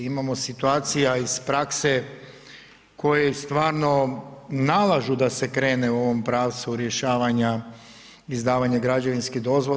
Imamo situacija iz prakse koje stvarno nalažu da se krene u ovom pravcu rješavanja izdavanja građevinskih dozvola.